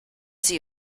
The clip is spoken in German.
sie